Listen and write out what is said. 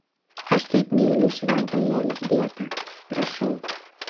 aš taip myliu šventąją elzbietą prašau